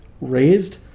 raised